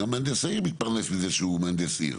גם מהנדס העיר מתפרנס מזה שהוא מהנדס עיר.